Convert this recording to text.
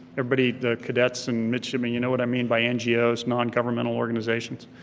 everybody, the cadets and midshipmen, you know what i mean by ngos, non-governmental organizations.